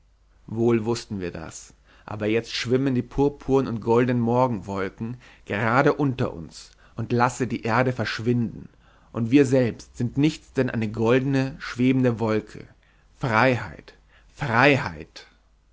wohl wußten wir das aber jetzt schwimmen die purpurn und goldnen morgenwolken gerade unter uns und lasse die erde verschwinden und wir selbst sind nichts denn eine goldene schwebende wolke freiheit freiheit